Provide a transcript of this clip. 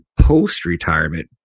post-retirement